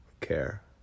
care